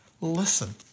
listen